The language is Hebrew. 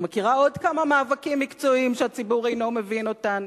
אני מכירה עוד כמה מאבקים מקצועיים שהציבור אינו מבין אותם.